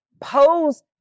pose